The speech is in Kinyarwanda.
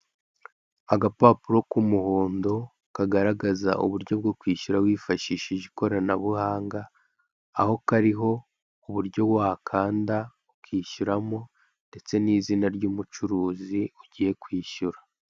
Agapapuro k'umuhondo kagaragaza uburyo bwo kwishyura wifashishije ikoranabuhanga, aho kariho uburyo wakanda ukishyuramo ndetse n'izina ry'umucuruzi ugiye kwishyura.